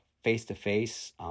face-to-face